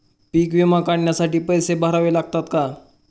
पीक विमा काढण्यासाठी पैसे भरावे लागतात का?